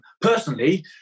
Personally